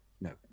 No